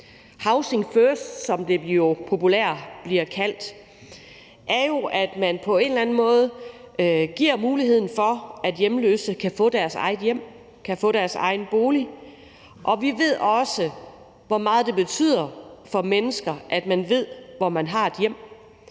Housing first, som det populært bliver kaldt, er jo, at man på en eller anden måde giver muligheden for, at hjemløse kan få deres eget hjem, altså at de kan få deres egen bolig, og vi ved også, hvor meget det betyder for mennesker, at man ved, hvor man har et hjem,